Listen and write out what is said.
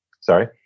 Sorry